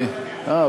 אה,